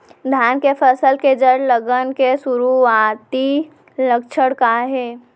धान के फसल के जड़ गलन के शुरुआती लक्षण का हे?